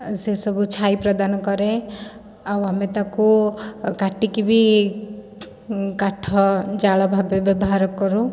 ସେସବୁ ଛାଇ ପ୍ରଦାନ କରେ ଆଉ ଆମେ ତାକୁ କାଟିକି ବି କଥା ଜାଳ ଭାବେ ବ୍ୟବହାର କରୁ